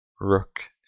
Rook